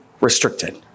restricted